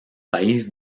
país